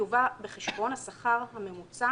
יובא בחשבון השכר הממוצע